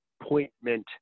appointment